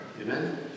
Amen